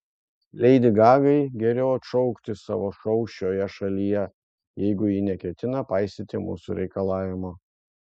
leidi gagai geriau atšaukti savo šou šioje šalyje jeigu ji neketina paisyti mūsų reikalavimo